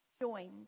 joined